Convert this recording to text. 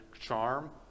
charm